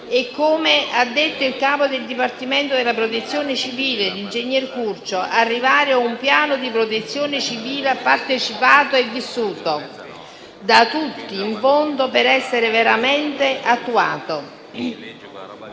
- come ha detto il capo del Dipartimento della protezione civile, l'ingegner Curcio - arrivare a un piano di protezione civile partecipato e vissuto da tutti, in fondo, per essere veramente attuato.